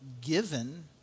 given